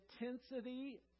intensity